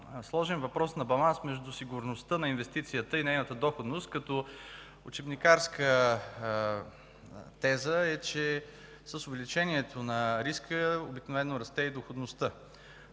сложен въпрос на баланс между сигурността на инвестицията и нейната доходност, като учебникарската теза е, че с увеличението на риска обикновено расте и доходността.